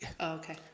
okay